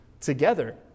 together